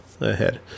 ahead